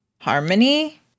Harmony